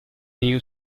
neo